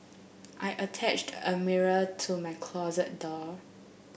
I attached a mirror to my closet door